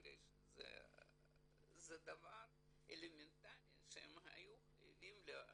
בגלל שזה דבר אלמנטרי שהם חייבים לעיתונאים,